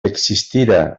existira